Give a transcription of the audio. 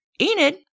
Enid